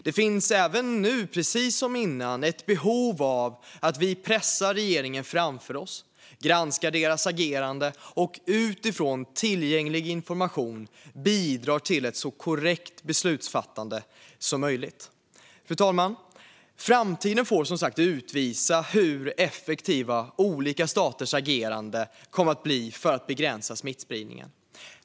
Det finns även nu, precis som tidigare, ett behov av att vi pressar regeringen framför oss, granskar dess agerande och utifrån tillgänglig information bidrar till ett så korrekt beslutsfattande som möjligt. Fru talman! Framtiden får som sagt utvisa hur effektiva olika staters agerande kommer att bli för att begränsa smittspridningen.